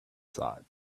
thought